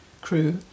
crew